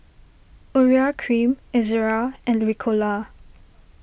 Urea Cream Ezerra and Ricola